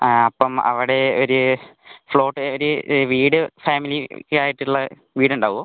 ആ അപ്പം അവിടെ ഒരു പ്ലോട്ട് ഏരിയ വീട് ഫാമിലിക്ക് ആയിട്ടുള്ള വീട് ഉണ്ടാകുമോ